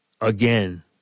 again